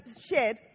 shared